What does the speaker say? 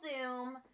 Zoom